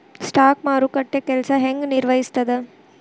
stock ಮಾರುಕಟ್ಟೆ ಕೆಲ್ಸ ಹೆಂಗ ನಿರ್ವಹಿಸ್ತದ